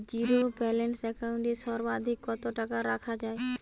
Zero balance account এ সর্বাধিক কত টাকা রাখা য়ায়?